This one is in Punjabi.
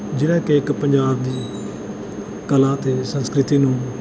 ਜਿਹੜਾ ਕਿ ਇੱਕ ਪੰਜਾਬ ਦੀ ਕਲਾ ਅਤੇ ਸੰਸਕ੍ਰਿਤੀ ਨੂੰ